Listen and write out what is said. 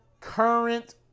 current